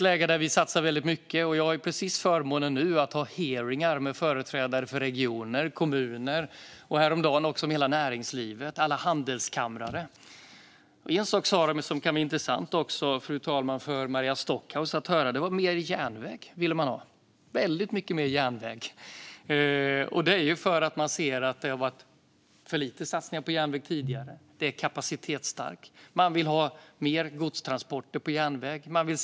Nu satsar vi mycket, och jag har just nu förmånen att ha hearingar med företrädare för regioner och kommuner, och häromdagen hade jag det med hela näringslivet och alla handelskamrar. De sa något som kan vara intressant för Maria Stockhaus att höra: De vill ha mycket mer järnväg. De ser att det har satsats för lite på järnväg tidigare och vill ha mer klimatsmarta transporter på järnväg.